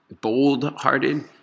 bold-hearted